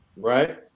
right